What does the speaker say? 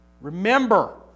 Remember